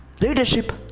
Leadership